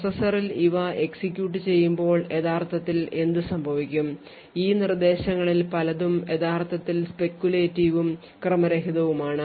പ്രോസസ്സറിൽ ഇവ എക്സിക്യൂട്ട് ചെയ്യുമ്പോൾ യഥാർത്ഥത്തിൽ എന്തുസംഭവിക്കും ഈ നിർദ്ദേശങ്ങളിൽ പലതും യഥാർത്ഥത്തിൽ speculative ഉം ക്രമരഹിതവുമാണ്